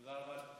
תודה רבה לך.